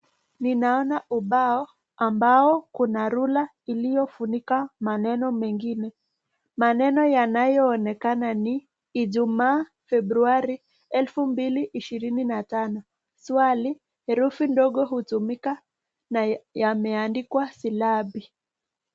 Ninaona ubao ambao kuna ruler iliyofunika maneno mengine. Maneno yanayoonekana ni Ijumaa, Februari 2025. Swali, herufi ndogo hutumika na yameandikwa silabi.